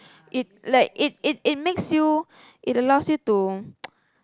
it like it it it makes you it allows you to